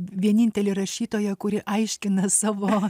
vienintelė rašytoja kuri aiškina savo